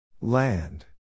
Land